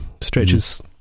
Stretches